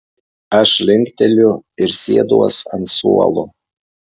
aš linkteliu ir sėduos ant suolo